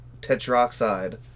Tetroxide